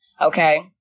okay